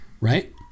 right